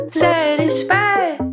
satisfied